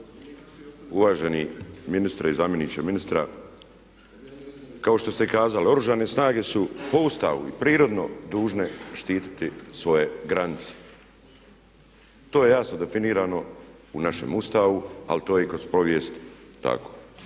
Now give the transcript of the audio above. Uvaženi ministre i zamjeniče ministra. Kao što ste kazali, Oružane snage su po Ustavu i prirodno dužne štititi svoje granice. To je jasno definirano u našem Ustavu, ali to je i kroz povijest tako.